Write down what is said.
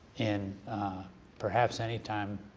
in perhaps any time